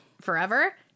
forever